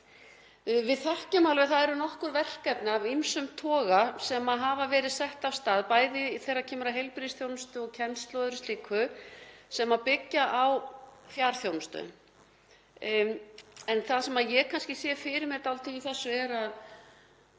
Við þekkjum alveg að það eru nokkur verkefni af ýmsum toga sem hafa verið sett af stað, bæði þegar kemur að heilbrigðisþjónustu og kennslu og öðru slíku, sem byggjast á fjarþjónustu. En það sem ég sé dálítið fyrir mér í þessu er að